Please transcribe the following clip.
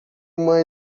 uma